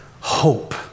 hope